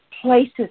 places